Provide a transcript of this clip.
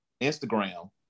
Instagram